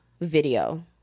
video